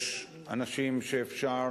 יש אנשים שאפשר